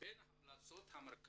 בין ההמלצות המרכזיות